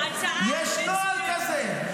יש נוהל כזה.